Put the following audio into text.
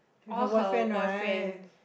all her boyfriend